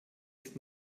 ist